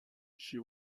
she